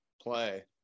play